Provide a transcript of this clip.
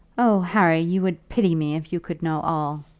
oh, harry, you would pity me if you could know all!